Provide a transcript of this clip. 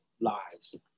lives